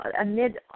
amid